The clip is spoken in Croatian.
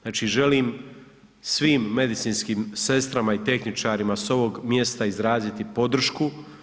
Znači želim svim medicinskim sestrama i tehničarima s ovog mjesta izraziti podršku.